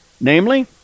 namely